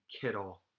Kittle